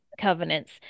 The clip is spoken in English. covenants